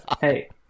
Hey